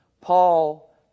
Paul